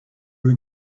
were